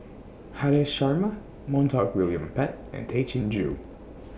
Haresh Sharma Montague William Pett and Tay Chin Joo